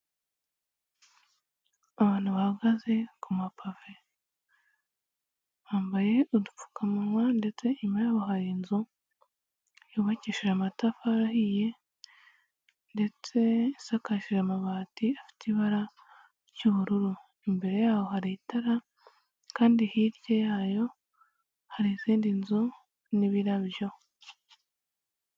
Abantu bahagaze ku mapave bambaye udupfukamunwa ndetse inyuma yabo hari inzu yubakishije amatafari ahiye ndetse isakaje amabati afite ibara ry'ubururu, imbere yaho hari itara kandi hirya yayo hari izindi nzu n'ibirabyo.